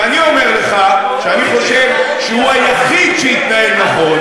ואני אומר לך שאני חושב שהוא היחיד שהתנהל נכון.